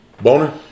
Boner